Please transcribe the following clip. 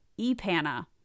EPANA